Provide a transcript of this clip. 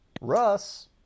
Russ